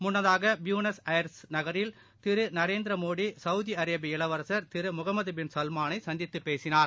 முன்னதாகபியுனஸ் அயா்ஸ் நகரில் திருநரேந்திரமோடி சவுதிஅரேபிய இளவரசர் திருமுகமதுபின் சல்மானைசந்தித்துப் பேசினார்